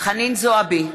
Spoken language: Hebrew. חנין זועבי,